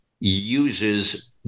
uses